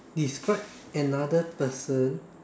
describe another person